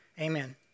amen